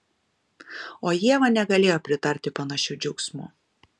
o ieva negalėjo pritarti panašiu džiaugsmu